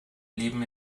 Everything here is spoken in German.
leben